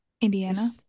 Indiana